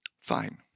fine